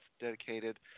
dedicated